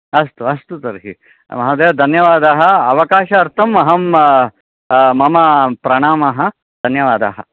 अस्तु अस्तु तर्हि महोदय धन्यवादाः अवकाशार्थम् अहं मम प्रणामाः धन्यवादाः